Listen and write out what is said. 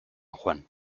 juan